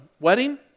wedding